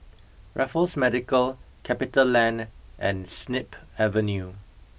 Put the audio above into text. Raffles Medical Capital Land and Snip Avenue